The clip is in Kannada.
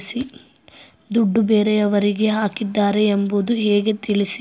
ದುಡ್ಡು ಬೇರೆಯವರಿಗೆ ಹಾಕಿದ್ದಾರೆ ಎಂಬುದು ಹೇಗೆ ತಿಳಿಸಿ?